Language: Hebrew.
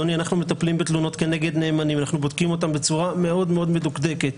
אנחנו מטפלים בתלונות כנגד נאמנים ובודקים אותן בצורה מאוד מדוקדקת.